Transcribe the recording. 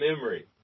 memory